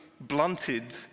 blunted